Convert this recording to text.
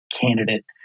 candidate